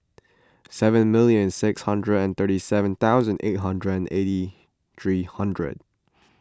seven million six hundred and thirty seven thousand eight hundred and eighty three hundred